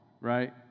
right